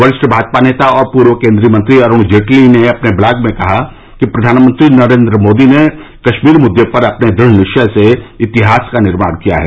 वरिष्ठ भाजपा नेता और पूर्व केन्द्रीय मंत्री अरूण जेटली ने अपने ब्लॉग में कहा कि प्रधानमंत्री नरेन्द्र मोदी ने कश्मीर मुद्दे पर अपने दृढ़ निश्चय से इतिहास का निर्माण किया है